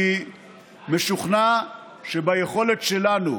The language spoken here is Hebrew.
אני משוכנע שביכולת שלנו,